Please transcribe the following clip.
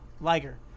Liger